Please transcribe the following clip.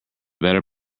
better